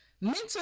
Mental